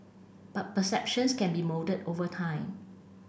but perceptions can be moulded over time